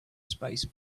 space